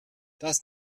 das